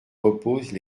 reposent